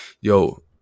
yo